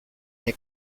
nei